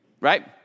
right